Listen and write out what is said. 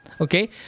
Okay